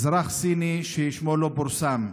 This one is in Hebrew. אזרח סיני ששמו לא פורסם,